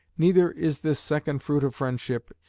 neither is this second fruit of friendship,